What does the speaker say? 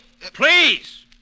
Please